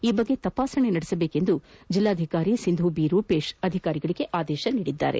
ಈ ಬಗ್ಗೆ ತಪಾಸಣೆ ನಡೆಸುವಂತೆ ಜೆಲ್ಲಾಧಿಕಾರಿ ಸಿಂಧೂ ರೂಪೇಶ್ ಅಧಿಕಾರಿಗಳಗೆ ಆದೇಶಿಸಿದ್ದಾರೆ